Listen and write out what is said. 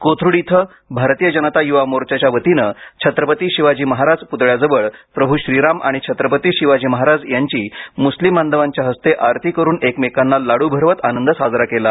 कोथरूड इथं भारतीय जनता युवा मोर्चाच्या वतीने छत्रपती शिवाजी महाराज पुतळ्याजवळ प्रभू श्रीराम आणि छत्रपती शिवाजी महाराज यांची मुस्लिम बांधवांच्या हस्ते आरती करून एकमेकांना लाडू भरवत आनंद साजरा केला